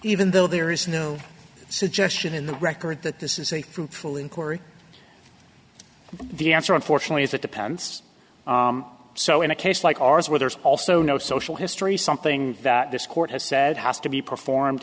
even though there is no suggestion in the record that this is a fruitful inquiry the answer unfortunately is that depends so in a case like ours where there's also no social history something that this court has said has to be performed